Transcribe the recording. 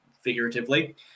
figuratively